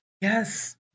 yes